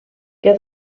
que